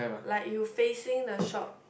like you facing the shop